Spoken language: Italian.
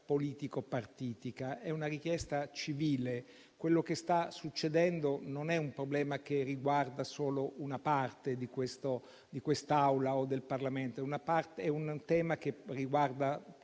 politico-partitica, ma è una richiesta civile. Quello che sta succedendo non è un problema che riguarda solo una parte di quest'Aula o del Parlamento: è un tema che riguarda